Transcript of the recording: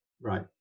Right